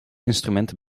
instrumenten